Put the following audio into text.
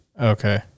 Okay